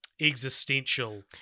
existential